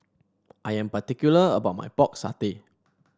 I am particular about my Pork Satay